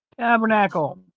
Tabernacle